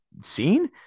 seen